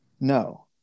No